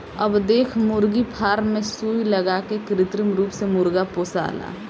अब देख मुर्गी फार्म मे सुई लगा के कृत्रिम रूप से मुर्गा पोसाला